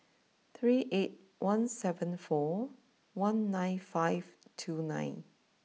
three eight one seven four one nine five two nine